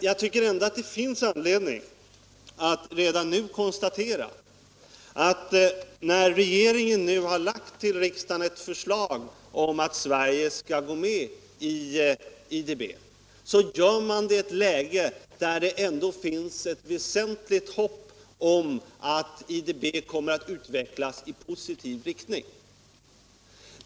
Jag tycker ändå att det finns anledning att redan nu konstatera att när regeringen lagt ett förslag till riksdagen om att Sverige skall gå med i IDB, så gör den det i ett läge där det finns ett väsentligt hopp om att IDB kommer att utvecklas i positiv riktning.